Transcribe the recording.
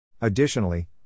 Additionally